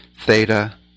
Theta